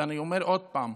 ואני אומר עוד פעם: